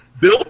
Bill